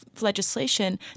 legislation